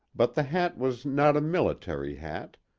but the hat was not a military hat,